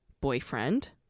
boyfriend